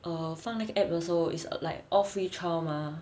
err 放那个 app 的时候 is like all free trial mah